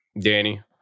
Danny